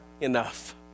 enough